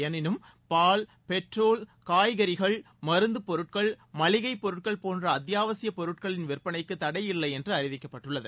எனினும் பால் பெட்ரோல் காய்கறிகள் மருந்து பொருட்கள் மளிகை பொருட்கள் போன்ற அத்தியாவசிய பொருட்களின் விற்பனைக்கு தடையில்லை என்று அறிவிக்கப்பட்டுள்ளது